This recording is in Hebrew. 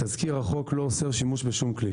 תזכיר החוק לא אוסר שימוש בשום כלי